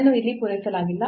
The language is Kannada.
ಅದನ್ನು ಇಲ್ಲಿ ಪೂರೈಸಲಾಗಿಲ್ಲ